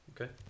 Okay